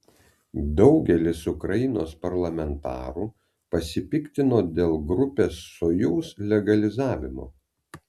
daugelis ukrainos parlamentarų pasipiktino dėl grupės sojuz legalizavimo